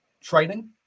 training